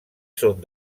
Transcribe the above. són